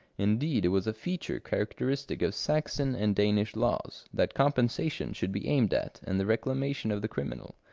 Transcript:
indeed it was a feature characteristic of saxon and danish laws, that compensation should be aimed at and the reclamation of the criminal,